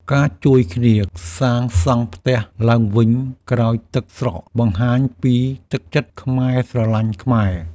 ការជួយគ្នាសាងសង់ផ្ទះឡើងវិញក្រោយទឹកស្រកបង្ហាញពីទឹកចិត្តខ្មែរស្រឡាញ់ខ្មែរ។